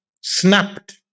snapped